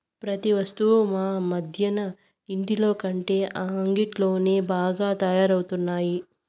ప్రతి వస్తువు ఈ మధ్యన ఇంటిలోకంటే అంగిట్లోనే బాగా తయారవుతున్నాయి